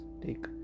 take